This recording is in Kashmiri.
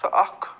سُہ اکھ